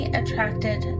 attracted